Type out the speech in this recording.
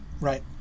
right